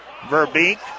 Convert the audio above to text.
Verbeek